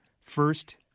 first